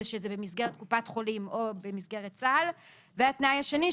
שזה במסגרת קופת חולים או במסגרת צה"ל; התנאי השני,